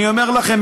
אני אומר לכם,